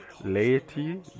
laity